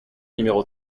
numéro